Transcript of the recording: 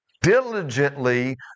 diligently